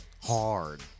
Hard